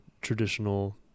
traditional